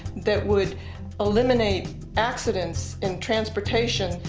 that would eliminate accidents in transportation,